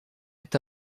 est